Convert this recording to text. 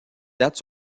dates